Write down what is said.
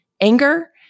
anger